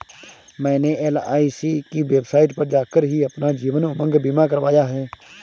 मैंने एल.आई.सी की वेबसाइट पर जाकर ही अपना जीवन उमंग बीमा करवाया है